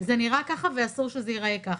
זה נראה כך ואסור שזה יראה כך.